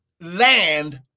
land